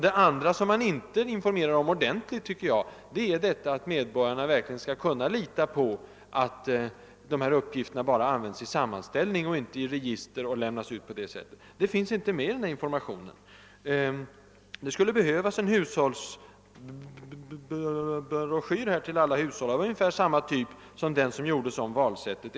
Det andra som man inte ordentligt informerar om, är att medborgarna verkligen skall kunna lita på att uppgifterna bara används i sammanställningar och inte i register som eventuellt kan lämnas ut. Några sådana garantier finns inte med i informationen. Det skulle enligt min uppfattning behövas en broschyr till alla hushåll av ungefär samma typ som den om valsättet.